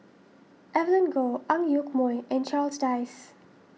Evelyn Goh Ang Yoke Mooi and Charles Dyce